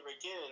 again